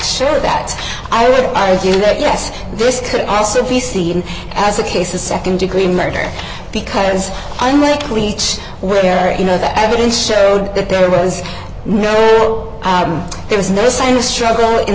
sure that i would argue that yes this could also be seen as a case of nd degree murder because unlike leach where you know that evidence showed that there was no there was no sign of struggle in